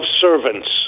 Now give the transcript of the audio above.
servants